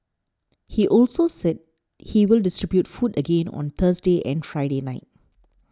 he also said he will distribute food again on Thursday and Friday night